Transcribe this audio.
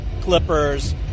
Clippers